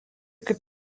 kaip